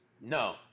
No